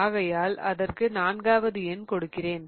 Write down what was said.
ஆகையால் அதற்கு நான்காவது எண் கொடுக்கிறேன்